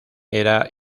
era